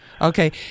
Okay